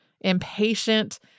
impatient